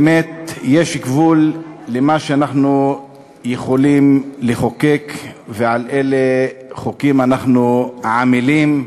באמת יש גבול למה שאנחנו יכולים לחוקק ועל אילו חוקים אנחנו עמלים,